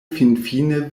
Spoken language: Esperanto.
finfine